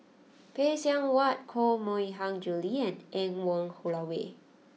Phay Seng Whatt Koh Mui Hiang Julie and Anne Wong Holloway